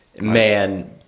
man